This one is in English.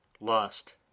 lost